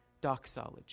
doxology